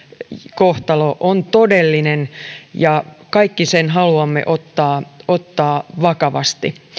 kohtalo on todellinen ja kaikki sen haluamme ottaa ottaa vakavasti